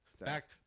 Back